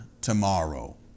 tomorrow